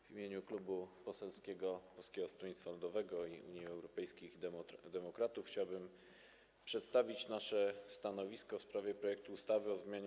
W imieniu Klubu Poselskiego Polskiego Stronnictwa Ludowego - Unii Europejskich Demokratów chciałbym przedstawić nasze stanowisko w sprawie projektu ustawy o zmianie